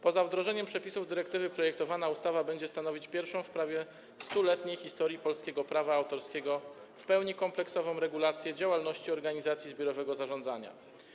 Poza wdrożeniem przepisów dyrektywy projektowana ustawa będzie stanowić pierwszą w prawie 100-letniej historii polskiego prawa autorskiego w pełni kompleksową regulację działalności organizacji zbiorowego zarządzania.